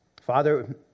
Father